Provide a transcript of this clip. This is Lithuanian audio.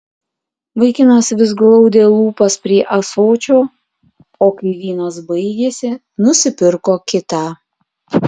vaikinas vis glaudė lūpas prie ąsočio o kai vynas baigėsi nusipirko kitą